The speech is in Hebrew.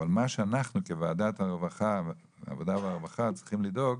אבל מה שאנחנו כוועדת העבודה והרווחה צריכים לדאוג,